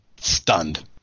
stunned